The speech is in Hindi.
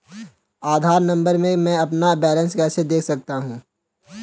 आधार नंबर से मैं अपना बैलेंस कैसे देख सकता हूँ?